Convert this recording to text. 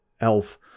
elf